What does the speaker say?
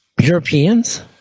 Europeans